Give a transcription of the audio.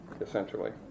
essentially